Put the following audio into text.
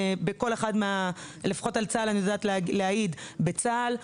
ואני לפחות יודעת להעיד בצה"ל.